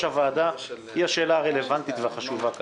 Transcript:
הוועדה היא השאלה הרלוונטית והחשובה כרגע: